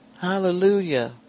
Hallelujah